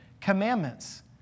commandments